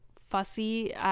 fussy